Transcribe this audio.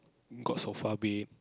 got sofa bed